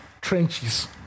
trenches